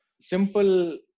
simple